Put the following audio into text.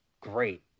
great